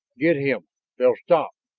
get him they'll stop!